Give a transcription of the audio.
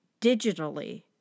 digitally